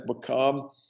become